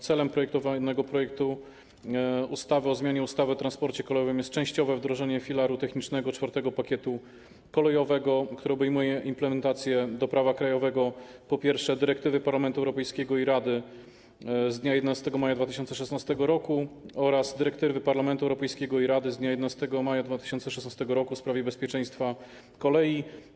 Celem projektu ustawy o zmianie ustawy o transporcie kolejowym jest częściowe wdrożenie filaru technicznego IV pakietu kolejowego, który obejmuje implementację do prawa krajowego, po pierwsze, dyrektywy Parlamentu Europejskiego i Rady z dnia 11 maja 2016 r. oraz dyrektywy Parlamentu Europejskiego i Rady z dnia 11 maja 2016 w sprawie bezpieczeństwa kolei.